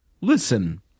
Listen